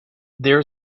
there